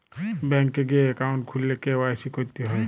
bank এ গিয়ে account খুললে কে.ওয়াই.সি ক্যরতে হ্যয়